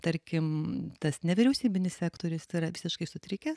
tarkim tas nevyriausybinis sektorius yra visiškai sutrikęs